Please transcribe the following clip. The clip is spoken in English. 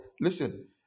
Listen